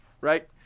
Right